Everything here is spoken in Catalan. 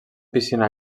piscina